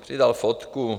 Přidal fotku.